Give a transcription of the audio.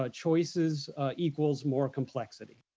ah choices equals more complexity.